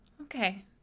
Okay